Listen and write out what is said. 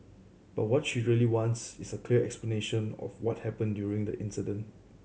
but what she really wants is a clear explanation of what happened during that incident